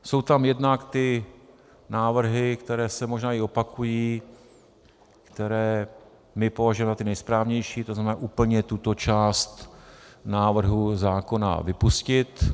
Jsou tam jednak návrhy, které se možná i opakují, které my považujeme za ty nejsprávnější, tzn. úplně tuto část z návrhu zákona vypustit.